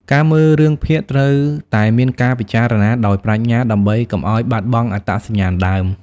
ការមើលរឿងភាគត្រូវតែមានការពិចារណាដោយប្រាជ្ញាដើម្បីកុំឲ្យបាត់បង់អត្តសញ្ញាណដើម។